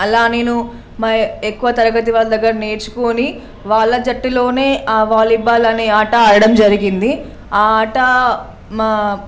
అలా నేను మై ఎక్కువ తరగతి వాళ్ళ దగ్గర నేర్చుకుని వాళ్ళ జట్టులోనే ఆ వాలీబాల్ అనే ఆట ఆడడం జరిగింది ఆ ఆట మా